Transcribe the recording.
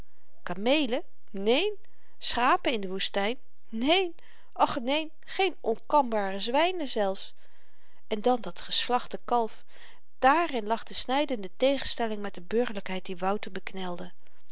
kameelen neen schapen in de woestyn neen ach neen geen onkambare zwynen zelfs en dan dat geslachte kalf dààrin lag de snydende tegenstelling met de burgerlykheid die wouter beknelde